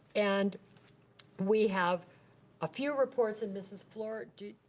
and we have a few reports, and mrs. fluor, do?